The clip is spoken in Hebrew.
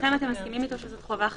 אתם מסכימים איתו שזו חובה חדשה?